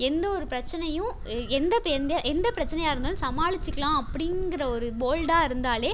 எந்த ஒரு பிரச்சினையும் எந்த எந்த எந்த பிரச்சினையாக இருந்தாலும் சமாளிச்சுக்கலாம் அப்படிங்கற ஒரு போல்டா இருந்தாலே